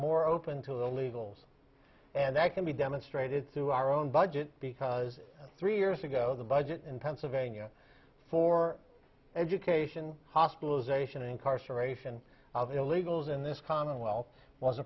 more open to the legals and that can be demonstrated through our own budget because three years ago the budget in pennsylvania for education hospitalization incarceration of illegals in this commonwealth was